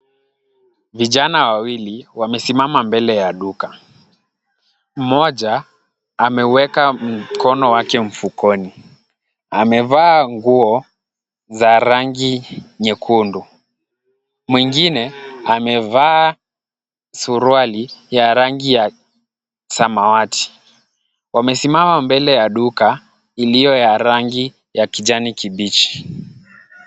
Vijana wawili wamesimama mbele ya duka. Mmoja ameweka mkono wake mfukoni. Amevaa nguo za rangi nyekundu. Mwingine amevaa suruali ya rangi ya samawati. Wamesimama mbele ya duka iliyo ya rangi ya kijani kibichi.